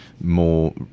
more